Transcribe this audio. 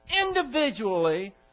individually